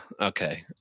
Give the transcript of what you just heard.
Okay